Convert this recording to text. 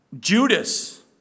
Judas